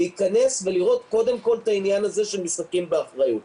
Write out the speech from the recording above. להיכנס ולראות קודם כל את העניין זה של "משחקים באחריות".